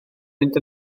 mynd